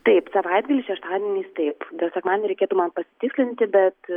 taip savaitgalį šeštadieniais taip dėl sekmadienio reikėtų man pasitikslinti bet